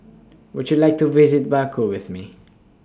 Would YOU like to visit Baku with Me